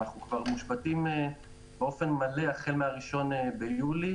אנחנו כבר מושבתים באופן מלא החל מהראשון ביולי.